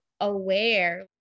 aware